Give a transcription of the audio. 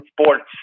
sports